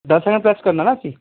ਦਸ second press ਕਰਨਾ ਨਾ ਅਸੀਂ